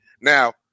Now